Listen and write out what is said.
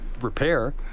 repair